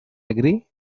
agree